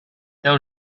deu